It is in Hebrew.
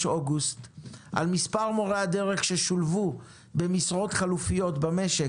אוגוסט על מספר מורי הדרך ששולבו במשרות חלופיות במשק,